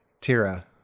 Tira